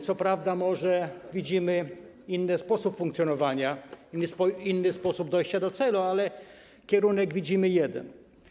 Co prawda może widzimy inny sposób funkcjonowania, inny sposób dojścia do celu, ale kierunek widzimy jeden.